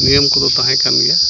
ᱱᱤᱭᱚᱢ ᱠᱚᱫᱚ ᱛᱟᱦᱮᱸᱠᱟᱱ ᱜᱮᱭᱟ